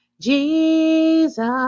Jesus